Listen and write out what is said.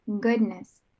goodness